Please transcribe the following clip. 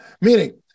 Meaning